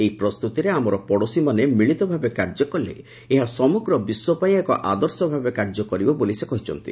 ଏହି ପ୍ରସ୍ତୁତିରେ ଆମର ପଡ଼ୋଶୀମାନେ ମିଳିତ ଭାବେ କାର୍ଯ୍ୟ କଲେ ଏହା ସମଗ୍ର ବିଶ୍ୱପାଇଁ ଏକ ଆଦର୍ଶ ଭାବେ କାର୍ଯ୍ୟ କରିବ ବୋଲି ସେ କହିଛନ୍ତି